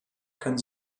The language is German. können